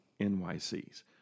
NYCs